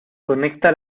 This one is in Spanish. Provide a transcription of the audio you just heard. conecta